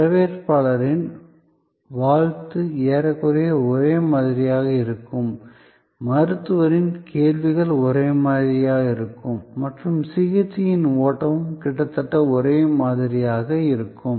வரவேற்பாளரின் வாழ்த்து ஏறக்குறைய ஒரே மாதிரியாக இருக்கும் மருத்துவரின் கேள்விகள் ஒரே மாதிரியாக இருக்கும் மற்றும் சிகிச்சையின் ஓட்டமும் கிட்டத்தட்ட ஒரே மாதிரியாக இருக்கும்